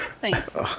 Thanks